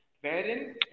Wherein